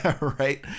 right